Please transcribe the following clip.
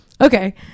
okay